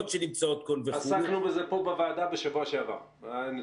שנמצאות --- עסקנו בזה פה בוועדה בשבוע שעבר.